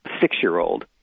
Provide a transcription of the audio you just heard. six-year-old